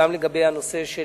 גם בנושא של